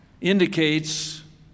indicates